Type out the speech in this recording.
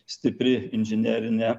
stipri inžinerinė